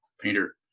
painter